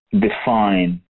define